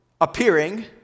appearing